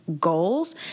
goals